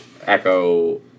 echo